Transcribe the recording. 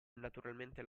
naturalmente